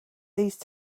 these